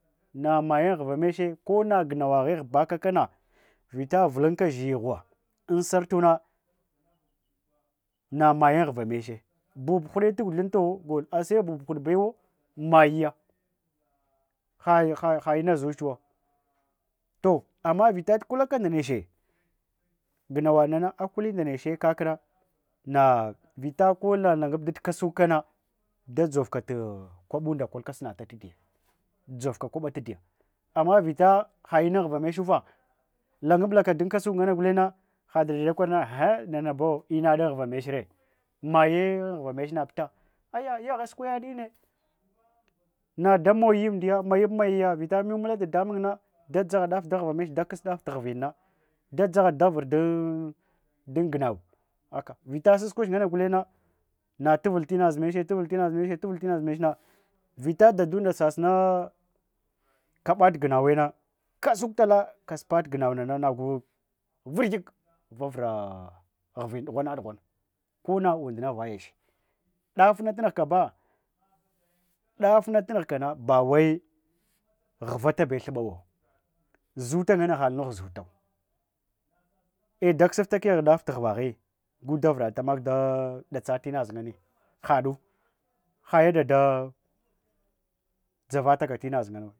Namaye unghura meche konna gunawaghe hubakakana vita vulunka shighuwa un sartuna namaye unghuwa meche bubhuda taguthunto gol ase bubhudbewa mayya had ina zuhwa toh’ amma vitatukulaka ndedre gunawadnana akule ndeche kakna vavita kolungubtu kasukana daɗdzouka kwabunɗa kolka sonata taɗiya dzouka kwabatadiya amma vita ha’ina unghura mechufah ungublaka dukasukana gulenna ahaldakurna han nanabo inad unghura mechre mayya unghura medi nabita ayya yagha askwayadinne nadamoyiya mayupmayeyya vita monula dadamun nan a da dzahadaff dunghuvinne dazaghe davur dungunawe aka, vitasatskwach nganne ngulen na natuvul tin zmeche tuni tinzumeche bitadahine sasuna kwabat gunawene kasuktak ka supathugunkunana nagu vur kyeku vavura ghuven dughuwanga dughwange kona unda vayach dafftunuh kana vawai ghuvatabe thubawa zuta nganna halnuh zutawa ew dakusufta heh daff tughuwagho gudavurataka dotsu tundashid ngenne dzaratakatu inaz ngannu.